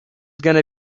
gonna